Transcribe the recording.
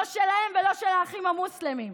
לא שלהם ולא של האחים המוסלמים.